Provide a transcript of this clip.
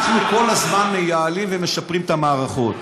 אנחנו כל הזמן מייעלים ומשפרים את המערכות.